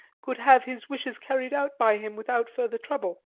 could have his wishes carried out by him without further trouble.